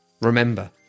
Remember